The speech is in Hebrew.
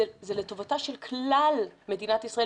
זה לטובת כלל מדינת ישראל,